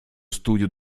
studio